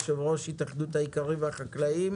יושב-ראש התאחדות האיכרים והחקלאים.